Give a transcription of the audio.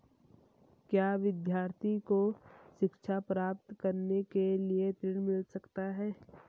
क्या विद्यार्थी को शिक्षा प्राप्त करने के लिए ऋण मिल सकता है?